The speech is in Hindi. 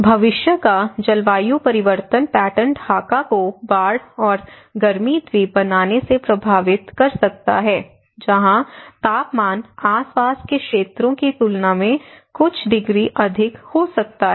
भविष्य का जलवायु परिवर्तन पैटर्न ढाका को बाढ़ और गर्मी द्वीप बनाने से प्रभावित कर सकता है जहां तापमान आसपास के क्षेत्रों की तुलना में कुछ डिग्री अधिक हो सकता है